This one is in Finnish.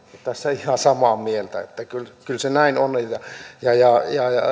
tässä ihan samaa mieltä että kyllä kyllä se näin on ja